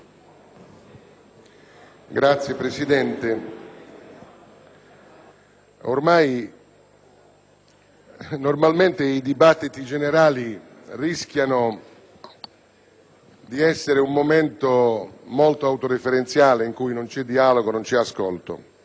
Signor Presidente, ormai le discussioni generali rischiano di essere un momento molto autoreferenziale, in cui non c'è dialogo, non c'è ascolto,